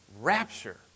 rapture